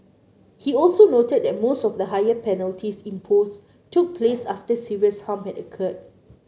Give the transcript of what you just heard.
he also noted that most of the higher penalties imposed took place after serious harm had occurred